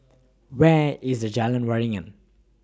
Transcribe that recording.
Where IS Jalan Waringin